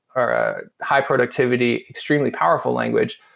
or a high-productivity, extremely powerful language,